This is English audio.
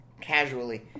casually